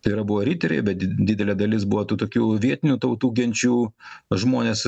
tai yra buvo riteriai bet di didelė dalis buvo tų tokių vietinių tautų genčių žmonės